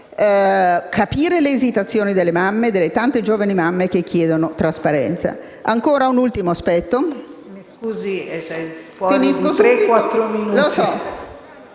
capire le esitazioni delle tante giovani mamme che chiedono trasparenza. Ancora un ultimo aspetto.